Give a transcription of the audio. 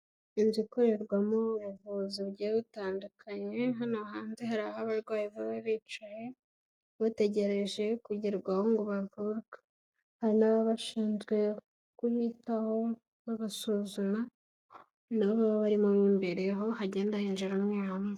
Inzu ikorerwamo ubuvuzi bugiye butandukanye hano hanze hari aho abarwayi baba bicaye bategereje kugerwaho ngo bavurwe hari n'abashinzwe kubitaho bagasuzuma nabo baba barimo imbere aho hagenda hinjira umwe umwe.